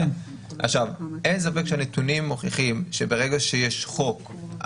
אין ספק שהנתונים מוכיחים שברגע שיש חוק,